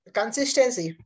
consistency